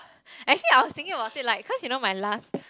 actually I was thinking about it like cause you know my last